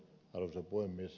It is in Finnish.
arvoisa puhemies